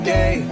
Day